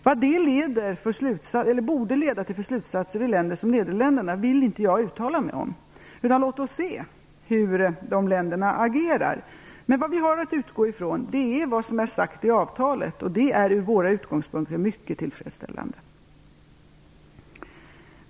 Vad detta borde leda till för slutsatser i länder som Nederländerna vill jag inte uttala mig om. Låt oss se hur dessa länder agerar. Vad vi har att utgå ifrån är ju det som har sagts i avtalet, och från våra utgångspunkter är detta mycket tillfredsställande.